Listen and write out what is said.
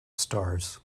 stars